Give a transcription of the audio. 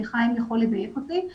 וחיים יכול לדייק אותי.